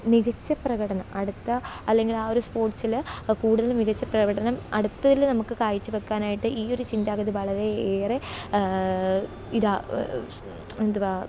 മികച്ച പ്രകടനം അടുത്ത അല്ലെങ്കില് ആ ഒരു സ്പോട്സില് കൂടുതൽ മികച്ച പ്രകടനം അടുത്തതിൽ നമുക്ക് കാഴ്ച്ച വെക്കാനായിട്ട് ഈ ഒരു ചിന്താഗതി വളരെ ഏറെ ഇതാ എന്തുവാ